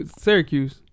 Syracuse